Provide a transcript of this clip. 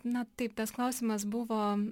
na taip tas klausimas buvo